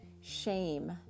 shame